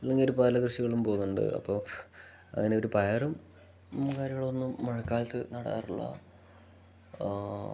അല്ലെങ്ക ഒരു പല കൃഷികളും പോുന്നുണ്ട് അപ്പോ അങ്ങനെ ഒരു പയറും കാര്യങ്ങളൊന്നും മഴക്കാലത്ത് നടാറുള്ള